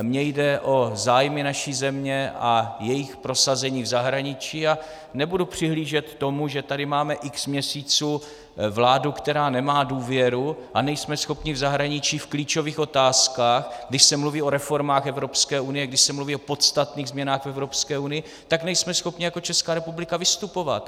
Mně jde o zájmy naší země a jejich prosazení v zahraničí a nebudu přihlížet tomu, že tady máme x měsíců vládu, která nemá důvěru, a nejsme schopni v zahraničí v klíčových otázkách, když se mluví o reformách Evropské unie, když se mluví o podstatných změnách v Evropské unii, tak nejsme schopni jako Česká republika vystupovat.